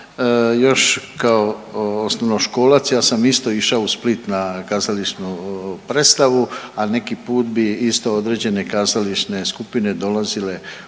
još kao osnovnoškolac ja sam isto išao u Split na kazališnu predstavu, a neki put bi isto određene kazališne skupine dolazile u